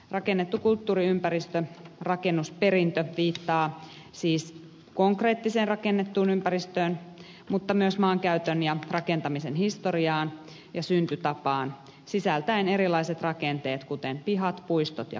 rakennettu kulttuuriympäristö rakennusperintö viittaa siis konkreettiseen rakennettuun ympäristöön mutta myös maankäytön ja rakentamisen historiaan ja syntytapaan sisältäen erilaiset rakenteet kuten pihat puistot ja kadut